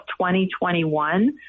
2021